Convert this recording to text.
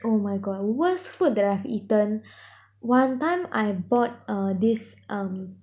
oh my god the worst food that I've eaten one time I bought uh this um